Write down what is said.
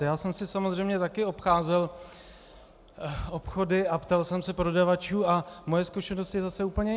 Já jsem si samozřejmě taky obcházel obchody a ptal jsem se prodavačů a moje zkušenost je zase úplně jiná.